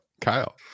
Kyle